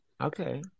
Okay